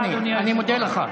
אם זה כל כך חשוב?